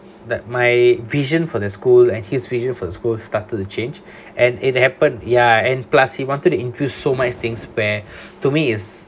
that my vision for the school and his vision for the school started to change and it happened ya and plus he wanted to infuse so much things where to me is